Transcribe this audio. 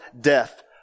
death